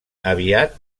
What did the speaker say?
aviat